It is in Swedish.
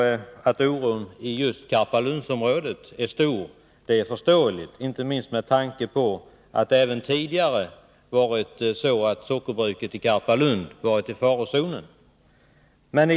Att oron i just Karpalundsområdet är stor är förståeligt, inte minst med tanke på att sockerbruket i Karpalund även tidigare har varit i farozonen.